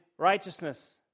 righteousness